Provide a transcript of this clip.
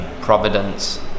Providence